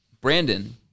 Brandon